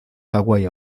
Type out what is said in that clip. hawaii